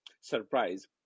surprise